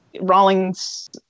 Rawlings –